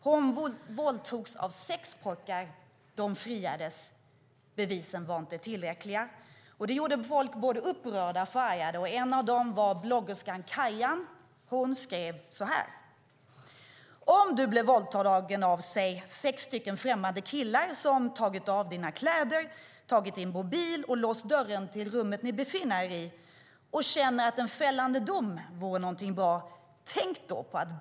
Hon våldtogs av sex pojkar. De friades. Bevisen var inte tillräckliga. Det gjorde folk både upprörda och förargade. En av dem var bloggerskan Kajjan. Hon skrev följande: "Om du blir våldtagen av, säg sex stycken främmande killar som tagit dina kläder, mobil samt låst dörren till rummet ni befinner er i, och känner att en fällande dom vore någonting bra. Tänk då på att: 1.